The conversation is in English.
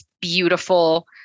beautiful